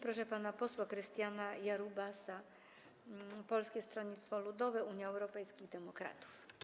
Proszę pana posła Krystiana Jarubasa, Polskie Stronnictwo Ludowe - Unia Europejskich Demokratów.